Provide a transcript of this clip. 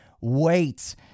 wait